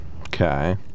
Okay